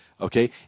okay